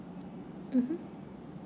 mmhmm